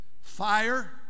Fire